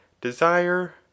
desire